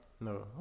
No